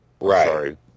Right